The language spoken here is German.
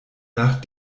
nach